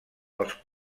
els